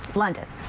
but london.